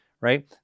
right